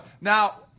Now